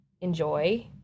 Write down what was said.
enjoy